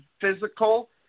physical